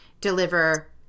deliver